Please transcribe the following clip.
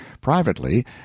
privately